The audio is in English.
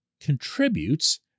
contributes